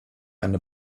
eine